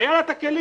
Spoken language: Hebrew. היו לה את הכלים.